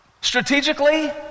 Strategically